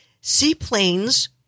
seaplanes